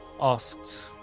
asked